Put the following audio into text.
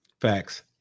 Facts